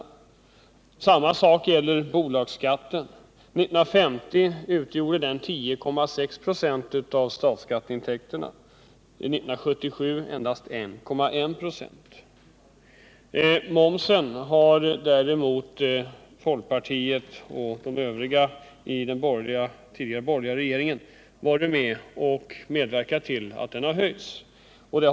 Samma sak gäller bolagsskatten. År 1950 utgjorde de 10,6 96 av statsskatteintäkterna, 1977 endast 1,1 96. Folkpartiet och de övriga partierna i den tidigare borgerliga regeringen har däremot varit med om att medverka till en höjning av momsen.